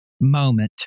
moment